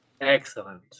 excellent